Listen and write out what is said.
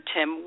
Tim